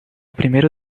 primeiro